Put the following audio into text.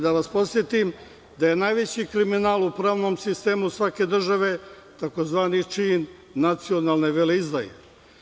Da vas podsetim da je najveći kriminal u pravnom sistemu svake države tzv. čin nacionalne veleizdaje.